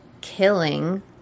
killing